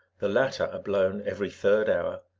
the latter are blown every third hour.